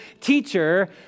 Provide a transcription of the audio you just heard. teacher